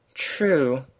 True